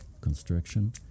construction